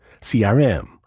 CRM